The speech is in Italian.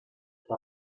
tra